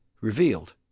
revealed